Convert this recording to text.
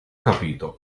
capito